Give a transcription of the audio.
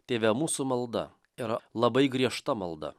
tėve mūsų malda yra labai griežta malda